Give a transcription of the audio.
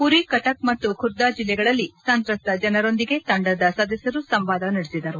ಪುರಿ ಕಟಕ್ ಮತ್ತು ಖುರ್ದಾ ಜಿಲ್ಲೆಗಳಲ್ಲಿ ಸಂತ್ರಸ್ತ ಜನರೊಂದಿಗೆ ತಂಡದ ಸದಸ್ಯರು ಸಂವಾದ ನಡೆಸಿದರು